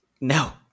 No